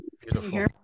Beautiful